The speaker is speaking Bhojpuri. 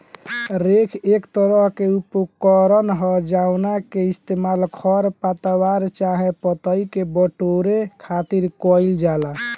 रेक एक तरह के उपकरण ह जावना के इस्तेमाल खर पतवार चाहे पतई के बटोरे खातिर कईल जाला